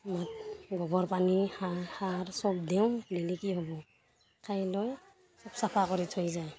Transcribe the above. আমাক গোবৰ পানী সাৰ সাৰ চব দিওঁ দিলি কি হ'ব খাই লৈ চব চাফা কৰি থৈ যায়